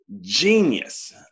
genius